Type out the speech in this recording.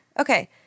Okay